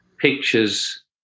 pictures